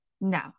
no